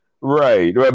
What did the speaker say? right